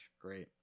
Great